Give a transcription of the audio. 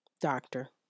doctor